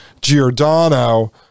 Giordano